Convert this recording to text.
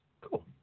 Cool